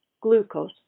Glucose